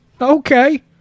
Okay